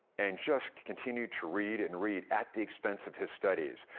and just continued to read and read, at the expense of his studies.